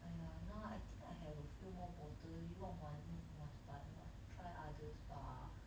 !aiya! now I think I have a few more bottle 用完 must buy must try others bah